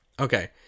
okay